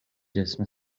جسم